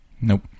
Nope